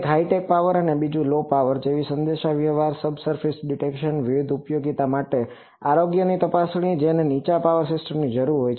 એક high power અને બીજું લો પાવર જેવી કે સંદેશાવ્યવહાર સબસર્ફેસ ડિટેક્શન વિવિધ ઉપયોગિતાઓ માટે આરોગ્ય તપાસણી કે જેને નીચા પાવર સિસ્ટમ્સની જરૂર હોય